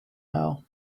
now